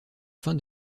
fin